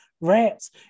rats